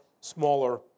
smaller